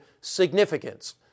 significance